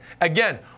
again